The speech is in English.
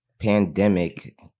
pandemic